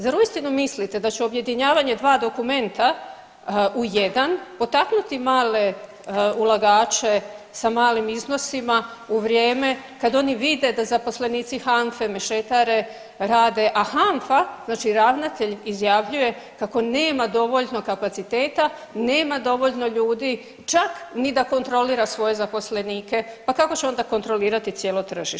Zar uistinu mislite da će objedinjavanje dva dokumenta u jedan potaknuti male ulagače sa malim iznosima u vrijeme kad oni vide da zaposlenici HANFE mešetare, rade, a HANFA znači ravnatelj izjavljuje kako nema dovoljno kapaciteta, nema dovoljno ljudi čak ni da kontrolira svoje zaposlenike, pa kako će onda kontrolirati cijelo tržište?